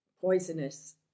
poisonous